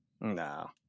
No